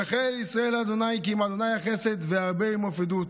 יחל ישראל אל ה' כי עם ה' החסד והרבה עִמו פדות.